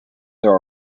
there